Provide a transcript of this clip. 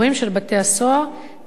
כחלק מתנאי השחרור.